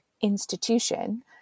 institution